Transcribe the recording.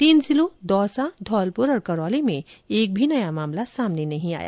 तीन जिलों दौसा धौलपुर और करौली में एक भी नया मामला सामने नहीं आया